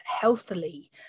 healthily